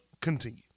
continue